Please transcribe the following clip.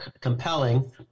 compelling